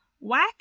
whack